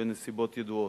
בנסיבות ידועות.